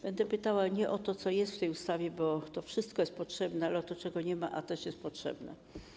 Będę pytała nie o to, co jest w tej ustawie, bo to wszystko jest potrzebne, ale o to, czego nie ma, a co też jest potrzebne.